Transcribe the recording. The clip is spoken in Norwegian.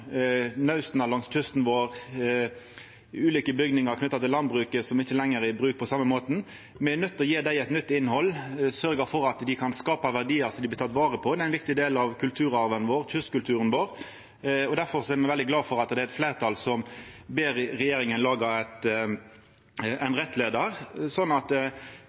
langs kysten vår, ulike bygningar knytte til landbruket som ikkje lenger er i bruk på same måten – me er nøydde til å gje dei eit nytt innhald, sørgja for at dei kan skapa verdiar så dei blir tekne vare på. Det er ein viktig del av kulturen vår, kystkulturen vår. Difor er me veldig glade for at det er eit fleirtal som ber regjeringa laga ein rettleiar, sånn at